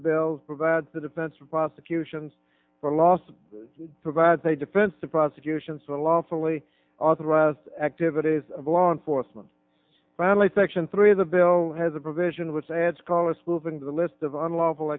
the bill provides a defense for prosecutions for lost provide a defense to prosecution so lawfully authorized activities of law enforcement family section three of the bill has a provision which adds callers moving to the list of unlawful